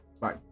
Bye